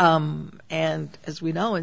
and as we know